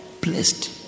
Blessed